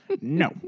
no